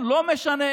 תודה.